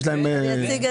אני אציג את זה.